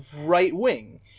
right-wing